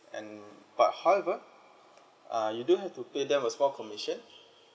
and but however uh you do have to pay them a small commission